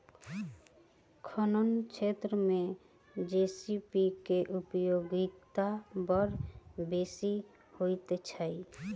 खनन क्षेत्र मे जे.सी.बी के उपयोगिता बड़ बेसी होइत छै